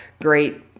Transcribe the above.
great